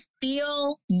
feel